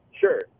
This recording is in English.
Sure